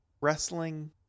Wrestling